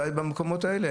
במקומות האלה.